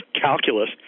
calculus